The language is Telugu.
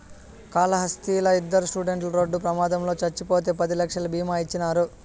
కాళహస్తిలా ఇద్దరు స్టూడెంట్లు రోడ్డు ప్రమాదంలో చచ్చిపోతే పది లక్షలు బీమా ఇచ్చినారు